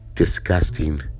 disgusting